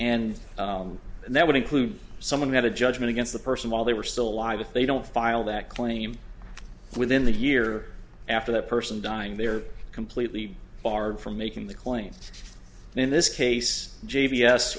and that would include someone who had a judgment against the person while they were still alive if they don't file that claim within the year after that person dying they are completely barred from making the claims in this case j